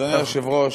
אדוני היושב-ראש,